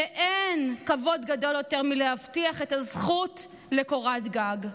שאין כבוד גדול יותר מלהבטיח את הזכות לקורת גג.